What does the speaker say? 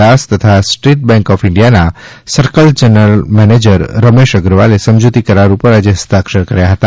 દાસ તથા State Bank of India ના circle general manager Ramesh અગ્રવાલે સમજૂતી કરાર ઉપર આજે હસ્તાક્ષર કર્યા હતા